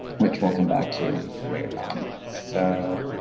which we'll come back to later on. so